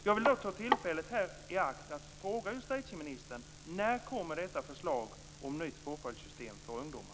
Jag vill ta tillfället i akt att fråga justitieministern: När kommer detta förslag om nytt påföljdssystem för ungdomar?